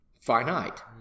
finite